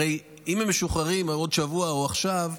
הרי אם הם משוחררים עוד שבוע או עכשיו,